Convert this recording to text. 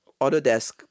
Autodesk